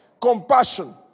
Compassion